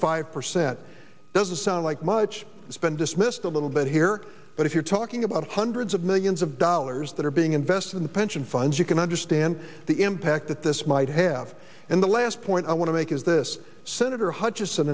five percent doesn't sound like much to spend dismissed a little bit here but if you're talking about hundreds of millions of dollars that are being invested in the pension funds you can understand the impact that this might have in the last point i want to make is this senator hu